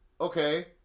okay